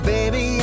Baby